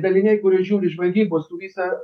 daliniai kurie žiūri žvalgybos su visa